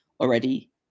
already